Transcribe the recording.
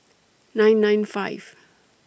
nine nine five